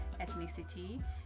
ethnicity